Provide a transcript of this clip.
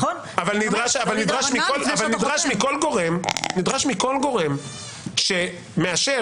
אבל נדרש מכל גורם שהוא, שמאשר